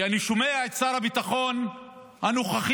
אני שומע את שר הביטחון הנוכחי,